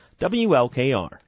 wlkr